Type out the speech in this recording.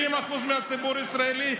70% מהציבור הישראלי,